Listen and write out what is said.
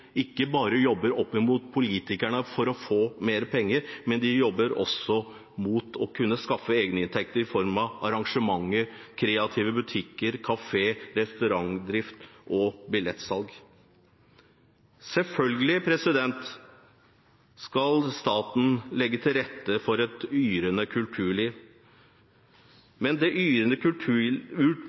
ikke bare jobber opp mot politikerne for å få mer penger, de jobber også for å kunne skaffe egeninntekter i form av arrangementer, kreative butikker, kafé- og restaurantdrift og billettsalg. Selvfølgelig skal staten legge til rette for et yrende kulturliv, men det yrende kulturlivet skapes ikke ved at kulturinstitusjonene er